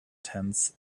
tents